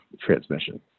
transmission